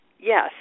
yes